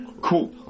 cool